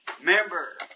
Member